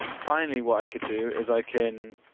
finally, what i can do is i can